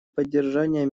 поддержание